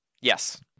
Yes